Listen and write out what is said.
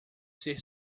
ser